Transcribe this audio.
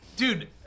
Dude